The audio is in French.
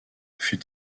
fut